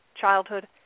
childhood